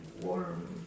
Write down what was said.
warm